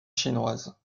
chinoises